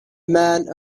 man